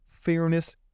fairness